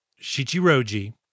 Shichiroji